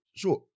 sure